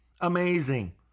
Amazing